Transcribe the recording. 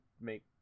make